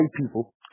people